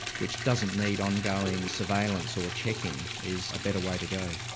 which doesn't need ongoing surveillance or checking, is a better way to go.